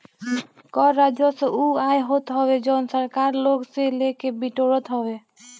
कर राजस्व उ आय होत हवे जवन सरकार लोग से लेके बिटोरत हवे